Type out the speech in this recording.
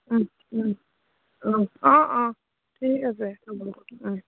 অঁ অঁ অঁ ঠিক আছে হ'ব অঁ